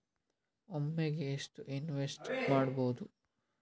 ಒಮ್ಮೆಗೆ ಎಷ್ಟು ಇನ್ವೆಸ್ಟ್ ಮಾಡ್ಬೊದು?